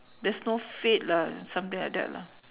there's no fate lah something like that lah